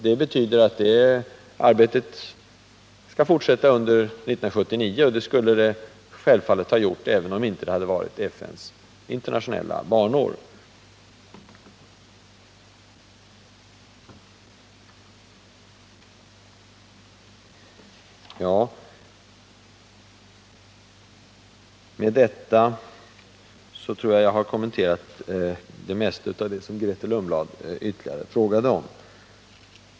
Det betyder att arbetet skall fortsätta under 1979, och det skulle det självfallet ha gjort även om det inte hade varit FN:s internationella barnår. Med detta tror jag att jag har kommenterat Grethe Lundblads ytterligare frågor.